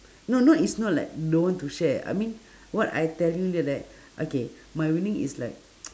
no not it's not like don't want to share I mean what I telling you right okay my winning is like